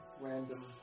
random